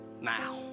now